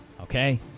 Okay